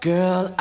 Girl